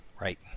Right